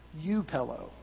U-pillow